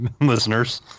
listeners